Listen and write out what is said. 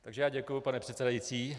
Takže já děkuji, pane předsedající.